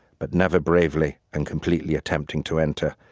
but never bravely and completely attempting to enter,